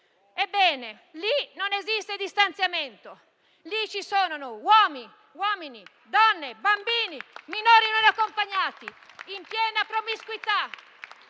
Ebbene, lì non esiste distanziamento e ci sono uomini, donne, bambini e minori non accompagnati in situazione di promiscuità